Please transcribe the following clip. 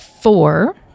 Four